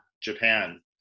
japan